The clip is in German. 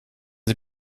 sie